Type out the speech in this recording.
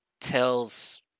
tells